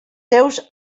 seus